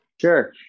Sure